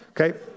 okay